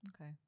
Okay